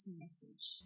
message